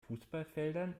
fußballfeldern